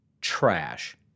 Trash